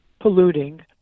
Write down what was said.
polluting